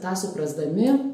tą suprasdami